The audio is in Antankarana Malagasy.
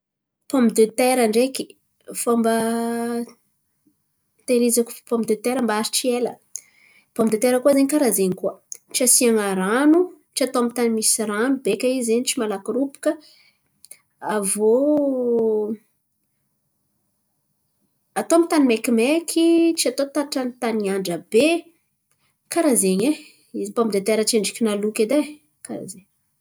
Pômy de tera ndreky, fomba itehirizako pômy de tera mba haharitry ela, pômy de tera zen̈y karà zen̈y koa tsy asian̈a rano, tsy atao amin'ny tany misy rano beka izy zen̈y tsy malaky robaka. Aviô atao amin'ny tany maikimaiky, tsy atao tatrany taniandra be. Karà zen̈y e! Pômy de tera tsy endriky naloky edy e. Karà zen̈y.